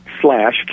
slash